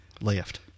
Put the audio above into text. left